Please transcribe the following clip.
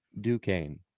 Duquesne